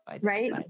Right